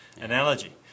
analogy